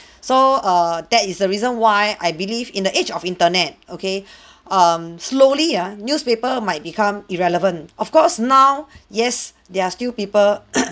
so err that is a reason why I believe in the age of internet okay um slowly ah newspaper might become irrelevant of course now yes there are still people